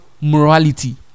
morality